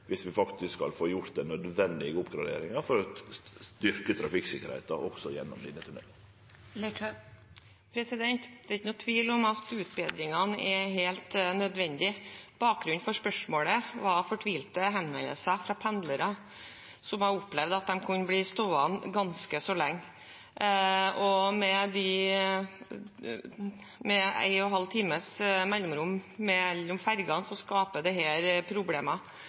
vi faktisk skal få gjort den nødvendige oppgraderinga for å styrkje trafikktryggleiken også gjennom denne tunnelen. Det er ingen tvil om at utbedringene er helt nødvendige. Bakgrunnen for spørsmålet var fortvilte henvendelser fra pendlere som har opplevd at de kunne bli stående ganske lenge. Med halvannen times mellomrom mellom fergene skaper dette problemer. En annen utfordring er dårlig informasjon: Det